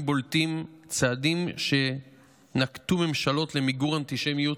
בולטים: צעדים שנקטו ממשלות למיגור אנטישמיות,